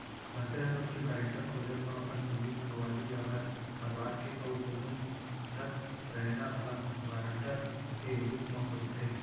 मनसे ह लोन के गारेंटर खोजब म अपन संगी संगवारी या घर परवार के अउ कोनो नत सैना ल गारंटर के रुप म खोजथे